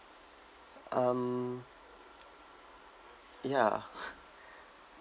um ya